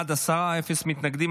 בעד, עשרה, אפס מתנגדים.